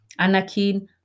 Anakin